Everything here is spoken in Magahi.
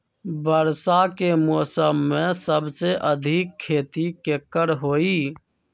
वर्षा के मौसम में सबसे अधिक खेती केकर होई?